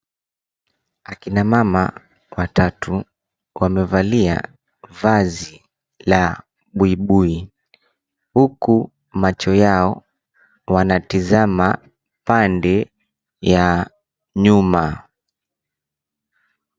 Akina mama watatu, wamevalia vazi la buibui. Huku macho yao, wanatizama pande ya nyuma.